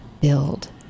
build